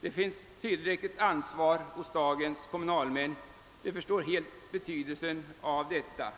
Det finns tillräckligt ansvar hos dagens kommunalmän och de förstår helt betydelsen av detta.